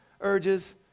urges